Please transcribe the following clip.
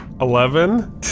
Eleven